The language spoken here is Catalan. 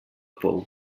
pou